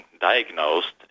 diagnosed